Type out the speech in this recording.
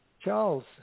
Charles